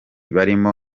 barimo